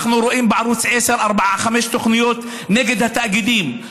אם אנחנו רואים בערוץ 10 חמש תוכניות נגד התאגידים,